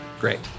Great